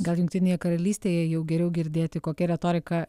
gal jungtinėje karalystėje jau geriau girdėti kokia retorika